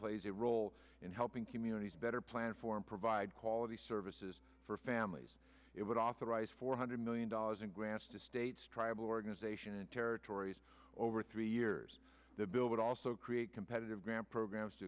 plays a role in helping communities better plan for and provide quality services for families it would authorize four hundred million dollars in grants to states tribal organizations and territories over three years the bill would also create competitive grant programs to